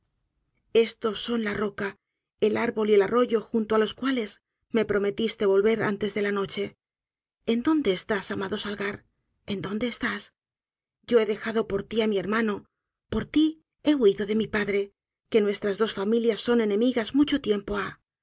estos son la roca el árbol y el arroyo j u n to á los cuales me prometiste volver antes de la noche en dónde estás amado salgar en dónde esiás yo he dejado por ti á mi hermano por ti he huidu de mi padre que nuestras dos familias son enemigas mucho tiempo ha